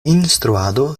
instruado